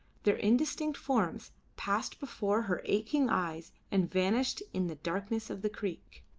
their indistinct forms passed before her aching eyes and vanished in the darkness of the creek.